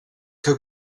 que